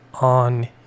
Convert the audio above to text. on